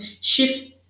shift